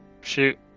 shoot